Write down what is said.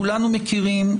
כולנו מכירים,